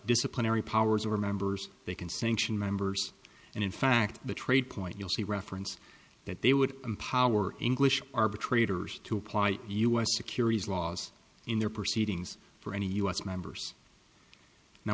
disciplinary powers over members they can sanction members and in fact betrayed point you'll see reference that they would empower english arbitrators to apply u s securities laws in their proceedings for any us members now